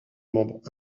membre